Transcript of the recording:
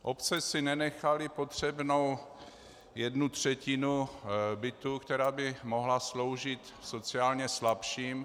Obce si nenechaly potřebnou jednu třetinu bytů, která by mohla sloužit sociálně slabším.